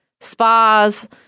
spas